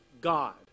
God